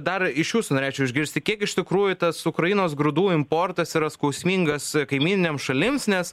dar iš jūsų norėčiau išgirsti kiek iš tikrųjų tas ukrainos grūdų importas yra skausmingas kaimyninėms šalims nes